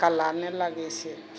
काला नहि लागै छै